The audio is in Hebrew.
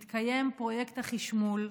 מתקיים פרויקט החשמול,